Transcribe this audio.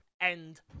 end